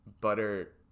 butter